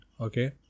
okay